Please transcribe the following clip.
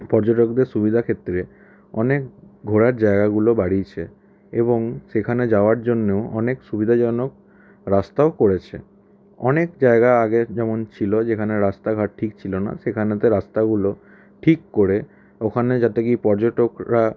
পর্যটকদের সুবিধা ক্ষেত্রে অনেক ঘোরার জায়গাগুলো বাড়িয়েছে এবং সেখানে যাওয়ার জন্যেও অনেক সুবিধাজনক রাস্তাও করেছে অনেক জায়গা আগে যেমন ছিলো যেখানে রাস্তাঘাট ঠিক ছিলো না সেখানেতে রাস্তাগুলো ঠিক করে ওখানে যাতে কি পর্যটকরা